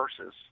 versus